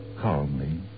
calmly